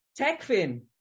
Techfin